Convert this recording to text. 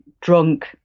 drunk